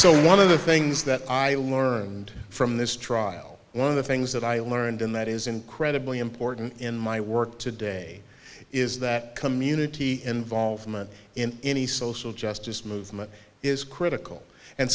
so one of the things that i learned from this trial one of the things that i learned and that is incredibly important in my work today is that community involvement in any social justice movement is critical and